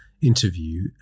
interview